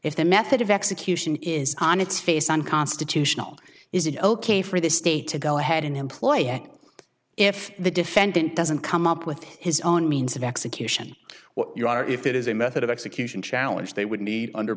if the method of execution is on its face unconstitutional is it ok for the state to go ahead an employer if the defendant doesn't come up with his own means of execution what you are if it is a method of execution challenge they would be under